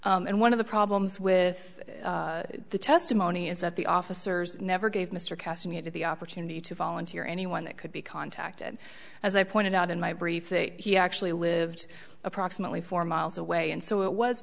and one of the problems with the testimony is that the officers never gave mr castigated the opportunity to volunteer anyone that could be contacted as i pointed out in my brief he actually lived approximately four miles away and so it was